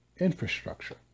infrastructure